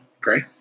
great